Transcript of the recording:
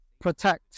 protect